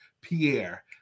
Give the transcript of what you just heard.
Pierre